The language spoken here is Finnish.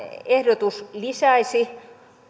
ehdotus lisäisi